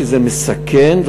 שזה מסכן,